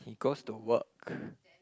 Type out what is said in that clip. he goes to work